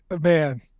man